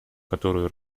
которую